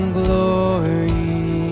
glory